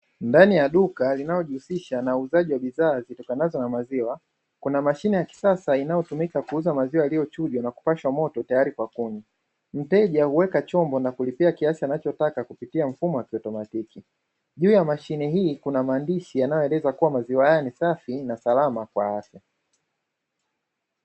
Ndani ya duka linalojihusisha na uuzaji wa bidhaa zitokanazo na maziwa kuna mashine ya kisasa inatumika kuuza maziwa yalichujwa na kupashwa moto tayari kwa kunywa, mteja huweka chombo na kulipia kiasi anachotaka kupia mfumo wa kiotomatiki, juu ya mashine hii kuna maandishi yanayoeleza kuwa maziwa haya ni safi na salama kwa afya.